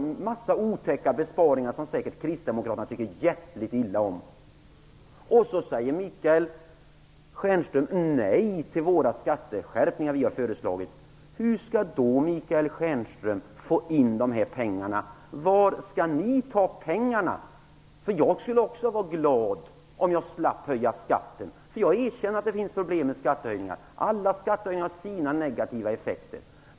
Det är en massa otäcka besparingar som kristdemokraterna säkert tycker hjärtligt illa om. Michael Stjernström säger nej till de skatteskärpningar som vi har föreslagit. Hur skall Michael Stjernström då få in dessa pengar? Var skall ni ta pengarna? Jag skulle också vara glad om jag slapp att höja skatten. Jag erkänner att det finns problem med skattehöjningar. Alla skattehöjningar har sina negativa effekter.